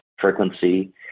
frequency